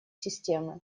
системы